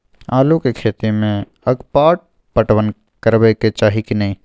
आलू के खेती में अगपाट पटवन करबैक चाही की नय?